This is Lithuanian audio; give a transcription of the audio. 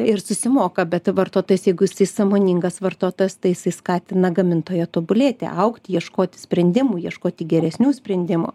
ir susimoka bet vartotojas jeigu jisai sąmoningas vartotojas tai jisai skatina gamintoją tobulėti augti ieškoti sprendimų ieškoti geresnių sprendimų